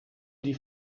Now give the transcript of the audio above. die